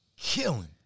Killing